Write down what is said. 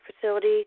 Facility